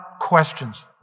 questions